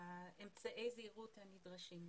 אמצעי הזהירות הנדרשים.